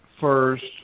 first